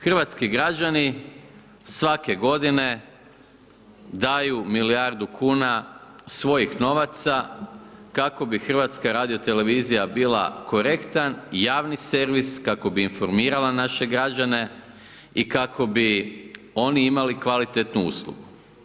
Hrvatski građani svake godine daju milijardu kuna svojih novaca kako bi HRT bila korektan i javni servis, kako bi informirala naše građane i kako bi oni imali kvalitetnu uslugu.